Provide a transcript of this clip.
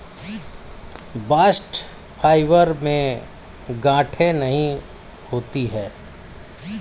bast fibre में गांठे नहीं होती है